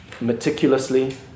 meticulously